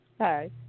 Hi